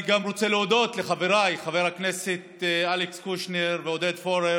אני גם רוצה להודות לחבריי חבר הכנסת אלכס קושניר ועודד פורר